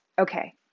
Okay